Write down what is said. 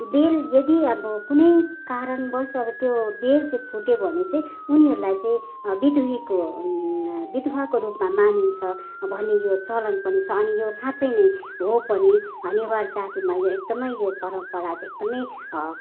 बेल यदि अब कुनै कारणवस अब त्यो बेल चाहिँ फुट्यो भने चाहिँ उनीहरूलाई चाहिँ बिधुवीको बिधुवाको रूपमा मानिन्छ भन्ने यो चलन पनि छ अनि यो साँच्चै नै हो पनि नेवार जातिमा यो एकदम यो परम्परा चाहिँ एकदम